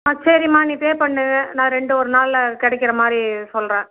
ஆ சரிம்மா நீ பே பண்ணு நான் ரெண்டு ஒரு நாளில் கிடைக்குற மாதிரி சொல்லுறேன்